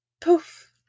Poof